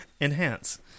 Enhance